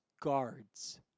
guards